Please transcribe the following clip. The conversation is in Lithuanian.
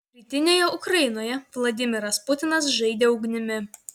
rytinėje ukrainoje vladimiras putinas žaidė ugnimi